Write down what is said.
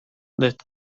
that